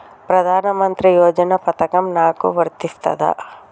ప్రధానమంత్రి యోజన పథకం నాకు వర్తిస్తదా?